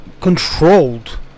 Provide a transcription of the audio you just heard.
controlled